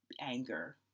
anger